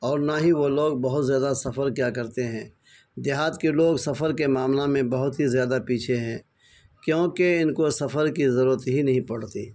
اور نہ ہی وہ لوگ بہت زیادہ سفر کیا کرتے ہیں دیہات کے لوگ سفر کے معاملہ میں بہت ہی زیادہ پیچھے ہیں کیونکہ ان کو سفر کی ضرورت ہی نہیں پڑتی